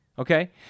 Okay